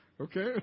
Okay